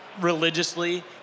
religiously